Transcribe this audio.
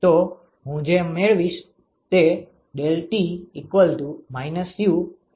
તો હું જે મેળવીશ તે ∆T UA1CrT છે